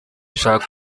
shaka